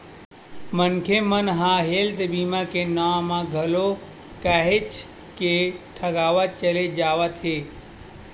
मनखे मन ह हेल्थ बीमा के नांव म घलो काहेच के ठगावत चले जावत हे